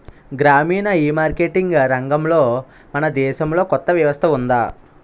గ్రామీణ ఈమార్కెటింగ్ రంగంలో మన దేశంలో కొత్త వ్యవస్థ ఉందా?